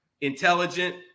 intelligent